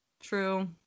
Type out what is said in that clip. True